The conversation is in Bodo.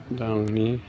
दाउनि